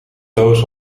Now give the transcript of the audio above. doos